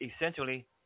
essentially